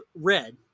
red